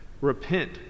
Repent